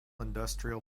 industrial